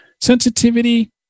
Sensitivity